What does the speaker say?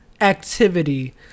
Activity